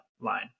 line